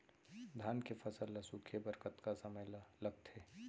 धान के फसल ल सूखे बर कतका समय ल लगथे?